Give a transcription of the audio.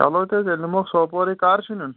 چلو تیٚلہِ تیٚلہِ نِموکھ سوپورٕے کَر چھُ نیُن